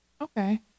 Okay